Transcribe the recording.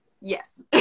Yes